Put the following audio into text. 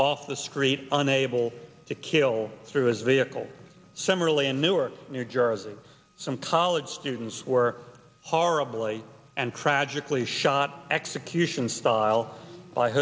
street unable to kill through his vehicle similarly in newark new jersey some college students were horribly and tragically shot execution style